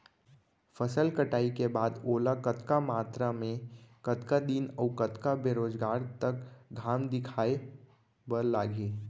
फसल कटाई के बाद ओला कतका मात्रा मे, कतका दिन अऊ कतका बेरोजगार तक घाम दिखाए बर लागही?